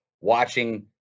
watching